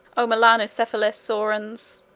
o melanocephalous saurians!